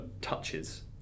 touches